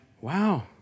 wow